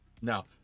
Now